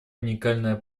уникальная